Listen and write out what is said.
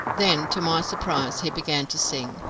then to my surprise he began to sing,